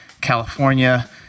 California